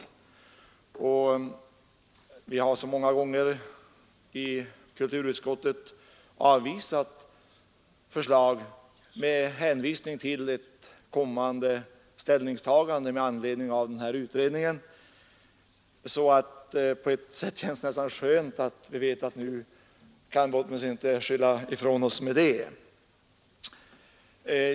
Vi har så många gånger i kulturutskottet avvisat förslag under hänvisning till ett kommande ställningstagande med anledning av denna utredning, och därför känns det på ett sätt nästan skönt att veta att vi inte längre kan skylla på det.